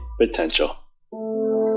potential